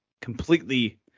completely